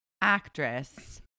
actress